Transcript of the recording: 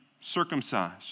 circumcised